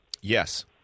Yes